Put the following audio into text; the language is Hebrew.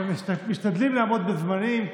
משתדלים לעמוד בזמנים,